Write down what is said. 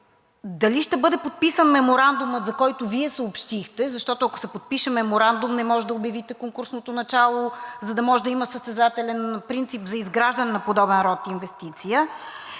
дали ще бъде подписан Меморандумът, за който Вие съобщихте, защото, ако се подпише меморандум, не можете да обявите конкурсното начало, за да може да има състезателен принцип за изграждане на подобен род инвестиция.